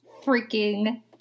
freaking